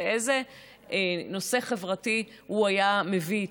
לאיזה נושא חברתי הוא היה מביא,